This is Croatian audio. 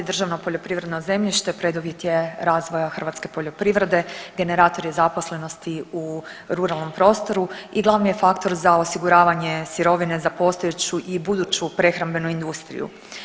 Državno poljoprivredno zemljište preduvjet je razvoja hrvatske poljoprivrede, generator je zaposlenosti u ruralnom prostoru i glavni je faktor za osiguravanje sirovine za postojeću i buduću prehrambenu industriju.